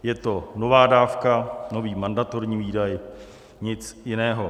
Je to nová dávka, nový mandatorní výdaj, nic jiného.